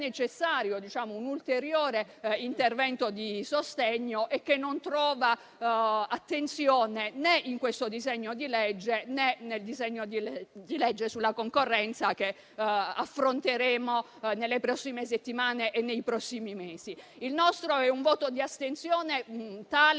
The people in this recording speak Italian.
un ulteriore intervento di sostegno, che non trova attenzione né in questo disegno di legge né nel disegno di legge sulla concorrenza che affronteremo nelle prossime settimane e nei prossimi mesi. Il nostro è un voto di astensione tale